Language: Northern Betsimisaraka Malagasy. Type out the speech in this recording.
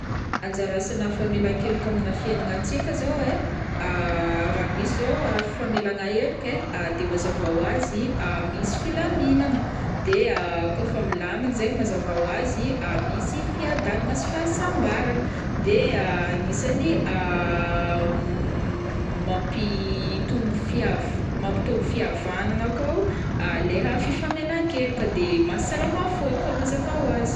Anjara asana famelan-keloka amina fiainagnantsika zao ai, raha misy zao fifamelagna heloka ai de mazava ho azy misy filaminagna, de kaofa milamign zaign mazava ho azy misy fiadanagna sy fahasambaragna, de agnisany mampitombo fihav- mampitombo fihavanagna koa leha fifamelan-keloka de mampahasalama fô koa mazava ho azy.